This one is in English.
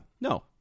No